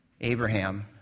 Abraham